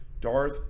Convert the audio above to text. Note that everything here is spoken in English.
Darth